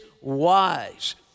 wise